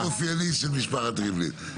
הומור אופייני של משפחת ריבלין.